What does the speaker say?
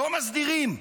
לא מסדירים.